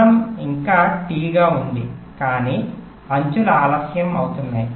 కాలం ఇంకా T గా ఉంది కానీ అంచులు ఆలస్యం అవుతున్నాయి